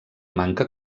manca